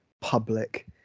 public